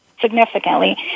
significantly